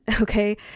okay